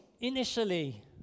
initially